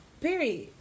Period